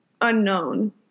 unknown